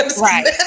Right